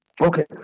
okay